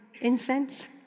incense